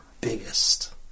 biggest